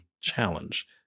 challenge